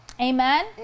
amen